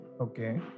okay